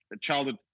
childhood